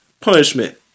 punishment